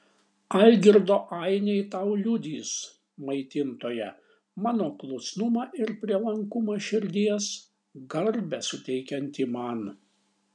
algirdo ainiai tau liudys maitintoja mano klusnumą ir prielankumą širdies garbę suteikiantį man